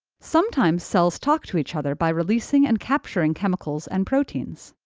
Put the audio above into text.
sometimes, cells talk to each other by releasing and capturing chemicals and proteins.